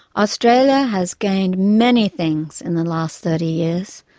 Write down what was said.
australia has gained many things in the last thirty years,